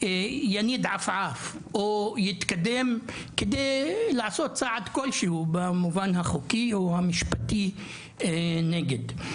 יניד עפעף או יתקדם כדי לעשות צעד כלשהו במובן החוקי או המשפטי נגד.